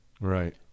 Right